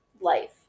life